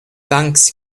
banks